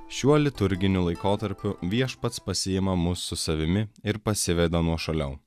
šiuo liturginiu laikotarpiu viešpats pasiima mus su savimi ir pasiveda nuošaliau